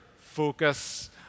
focus